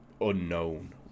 unknown